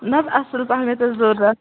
نہ حظ اَصٕل پہمَتھ ٲس ضروٗرت